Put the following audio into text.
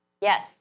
Yes